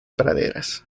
praderas